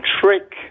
trick